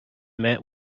met